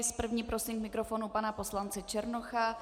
S první prosím k mikrofonu pana poslance Černocha.